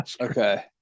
Okay